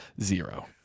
zero